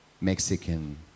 Mexican